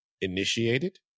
initiated